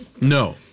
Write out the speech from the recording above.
No